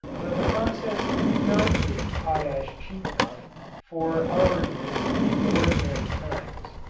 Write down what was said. but the process does not give potash cheap enough for our needs in ordinary times.